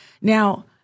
Now